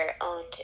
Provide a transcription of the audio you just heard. owned